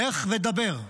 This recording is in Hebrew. לך ודבר,